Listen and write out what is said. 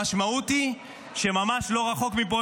המשמעות היא שממש לא רחוק מפה,